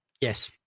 Yes